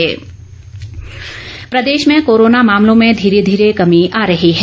Himachal corona Pradesh में corona मामलों में धीरे धीरे कमी आ रही है